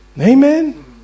Amen